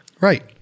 Right